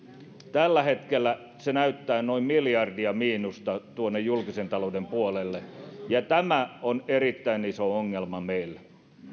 tällä hetkellä se näyttää noin miljardia miinusta julkisen talouden puolelle ja tämä on erittäin iso ongelma meille